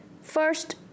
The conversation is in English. First